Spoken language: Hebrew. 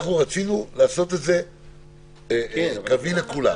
רצינו לעשות את זה קווי לכולם.